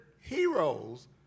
heroes